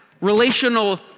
relational